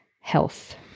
health